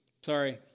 Sorry